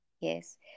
Yes